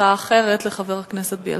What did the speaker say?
הצעה אחרת לחבר הכנסת בילסקי.